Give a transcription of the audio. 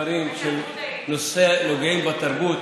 הדוח השנתי שהיא מגישה לשר התרבות